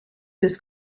this